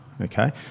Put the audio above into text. okay